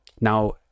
Now